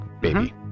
baby